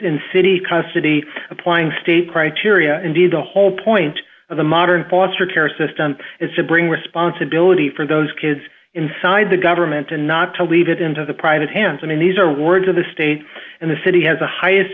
in city custody applying state criteria indeed the whole point of the modern foster care system is to bring responsibility for those kids inside the government and not to leave it into the private hands i mean these are words of the state and the city has the highest